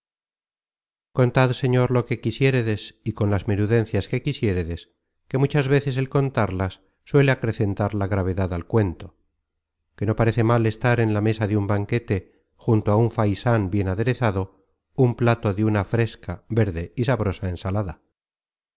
contad señor lo que quisiéredes y con las menudencias que quisiéredes que muchas veces el contarlas suele acrecentar gravedad al cuento que no parece mal estar en la mesa de un banquete junto á un faisan bien aderezado un plato de una fresca verde y sabrosa ensalada